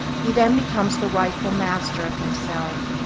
he then becomes the rightful master of himself.